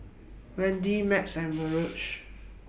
Wendi Max and Virge